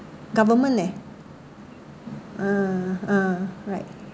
government leh uh uh right